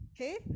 Okay